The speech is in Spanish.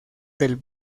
del